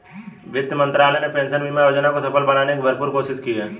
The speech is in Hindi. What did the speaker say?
वित्त मंत्रालय ने पेंशन बीमा योजना को सफल बनाने की भरपूर कोशिश की है